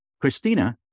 Christina